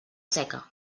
seca